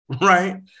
Right